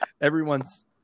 everyone's